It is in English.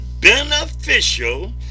beneficial